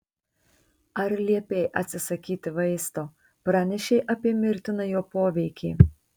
ar liepei atsisakyti vaisto pranešei apie mirtiną jo poveikį